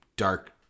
dark